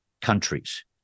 countries